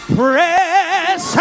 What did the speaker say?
press